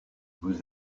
vous